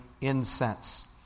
incense